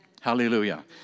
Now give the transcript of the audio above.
Hallelujah